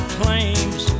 claims